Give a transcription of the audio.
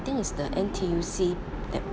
think is the N_T_U_C at